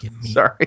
Sorry